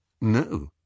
no